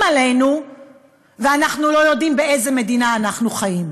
עלינו ואנחנו לא יודעים באיזה מדינה אנחנו חיים.